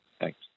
Thanks